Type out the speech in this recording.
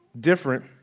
different